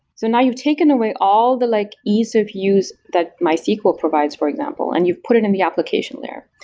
so now you've taken away all the like ease of use that mysql provides, for example, and you've put it in the application layer,